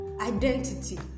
identity